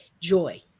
joy